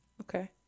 okay